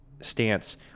stance